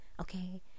okay